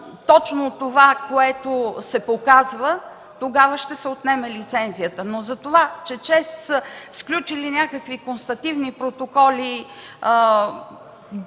точно това, което се показва, ще се отнеме лицензията. Но затова че ЧЕЗ са сключили някакви констативни протоколи